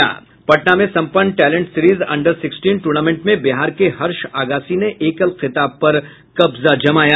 पटना में संपन्न talent series under sixteen tournament में बिहार के हर्ष अगासी ने एकल खिताब पर कब्जा जमाया